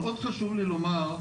מאוד חשוב לי לומר,